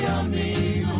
a